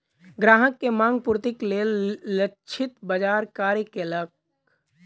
ग्राहक के मांग पूर्तिक लेल लक्षित बाजार कार्य केलक